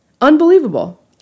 Unbelievable